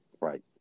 Right